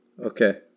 Okay